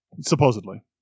Supposedly